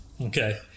Okay